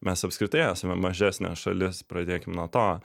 mes apskritai esame mažesnė šalis pradėkim nuo to